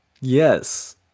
Yes